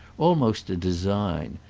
almost a design,